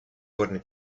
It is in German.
wurden